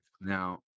Now